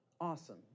awesome